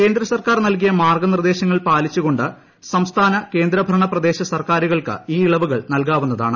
കേന്ദ്ര സർക്കാർ നൽകിയ മാർഗനിർദ്ദേശങ്ങൾ പാലിച്ചുകൊണ്ട് സംസ്ഥാന കേന്ദ്ര ഭരണ പ്രദേശ സർക്കാരുകൾക്ക് ഈ ഇളവുകൾ നൽകാവുന്നതാണ്